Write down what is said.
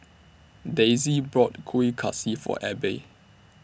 Dayse bought Kueh Kaswi For Abbey